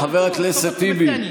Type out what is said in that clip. חבר הכנסת טיבי,